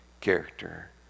character